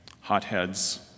hotheads